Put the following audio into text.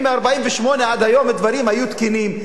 אם מ-1948 ועד היום הדברים היו תקינים,